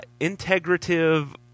Integrative